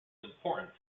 important